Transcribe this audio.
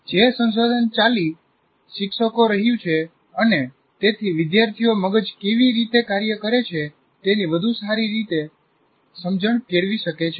જે સંશોધન ચાલી શિક્ષકો રહ્યું છે અને તેથી વિદ્યાર્થીઓ મગજ કેવી રીતે કાર્ય કરે છે તેની વધુ સારી સમજણ કેળવી શકે છે